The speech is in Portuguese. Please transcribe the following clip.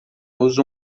usa